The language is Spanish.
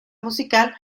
musical